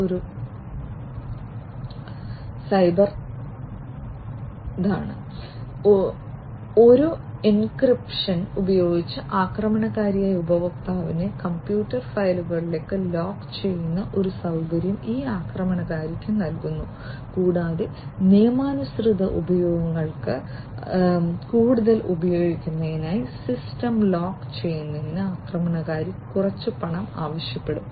ഒരു എൻക്രിപ്ഷൻ ഉപയോഗിച്ച് ആക്രമണകാരി ഉപയോക്താവിന്റെ കമ്പ്യൂട്ടർ ഫയലുകൾ ലോക്ക് ചെയ്യുന്ന ഒരു സൌകര്യം ഇത് ആക്രമണകാരിക്ക് നൽകുന്നു കൂടാതെ നിയമാനുസൃത ഉപയോക്താക്കൾക്ക് കൂടുതൽ ഉപയോഗിക്കുന്നതിനായി സിസ്റ്റം ലോക്ക് ചെയ്യുന്നതിന് ആക്രമണകാരി കുറച്ച് പണം ആവശ്യപ്പെടും